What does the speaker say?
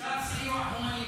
אפשר סיוע הומניטרי.